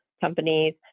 companies